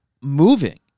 moving